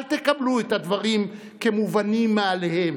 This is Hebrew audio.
אל תקבלו את הדברים כמובנים מאליהם,